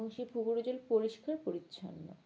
এবং সেই পুকুরের জল পরিষ্কার পরিচ্ছন্ন